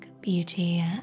beauty